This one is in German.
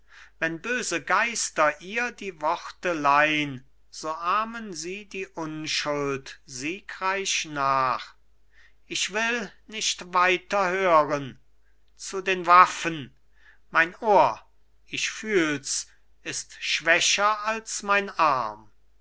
wenn böse geister ihr die worte leihn so ahmen sie die unschuld siegreich nach ich will nicht weiter hören zu den waffen mein ohr ich fühls ist schwächer als mein arm